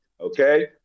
okay